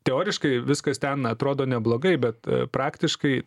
teoriškai viskas ten atrodo neblogai bet praktiškai